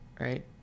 right